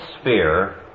sphere